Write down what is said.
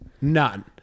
None